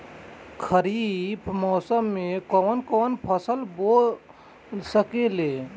खरिफ मौसम में कवन कवन फसल बो सकि ले?